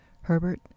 Herbert